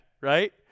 right